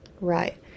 Right